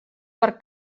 per